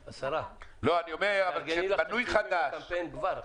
השרה, תארגני לך תקציבים לקמפיין כבר עכשיו.